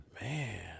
Man